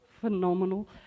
phenomenal